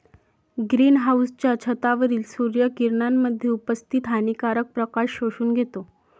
green हाउसच्या छतावरील सूर्य किरणांमध्ये उपस्थित हानिकारक प्रकाश शोषून घेतो